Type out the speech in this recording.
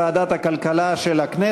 לדיון מוקדם בוועדת הכלכלה נתקבלה.